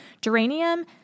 Geranium